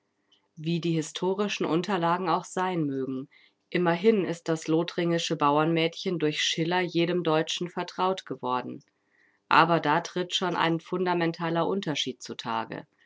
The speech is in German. wie die historischen unterlagen auch sein mögen immerhin ist das lothringische bauernmädchen durch schiller jedem deutschen vertraut geworden aber da tritt schon ein fundamentaler unterschied zutage